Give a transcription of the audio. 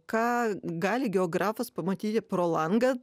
ką gali geografas pamatyti pro langą